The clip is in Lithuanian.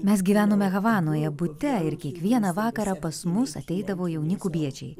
mes gyvenome havanoje bute ir kiekvieną vakarą pas mus ateidavo jauni kubiečiai